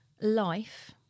life